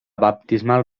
baptismal